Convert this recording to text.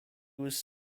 was